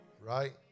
right